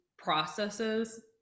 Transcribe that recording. processes